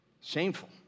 Shameful